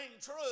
true